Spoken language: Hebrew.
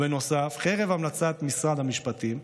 בנוסף, חרף המלצת משרד המשפטים,